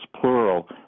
plural